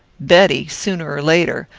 betty, sooner or later,